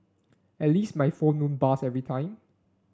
at least my phone won't buzz every time